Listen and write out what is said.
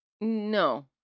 No